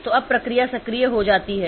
तो अब प्रक्रिया सक्रिय हो जाती है